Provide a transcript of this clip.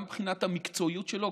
גם מבחינת המקצועיות שלו,